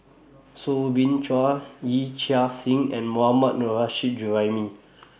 Soo Bin Chua Yee Chia Hsing and Mohammad Nurrasyid Juraimi